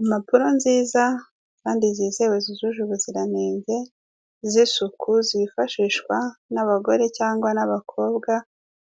Impapuro nziza kandi zizewe zujuje ubuziranenge z'isuku zifashisha n'abagore cyangwa n'abakobwa